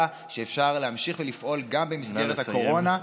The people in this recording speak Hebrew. שמאפשר להמשיך ולפעול גם במסגרת הקורונה.